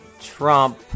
Trump